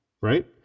right